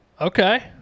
Okay